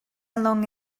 along